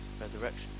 resurrection